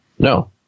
No